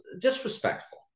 disrespectful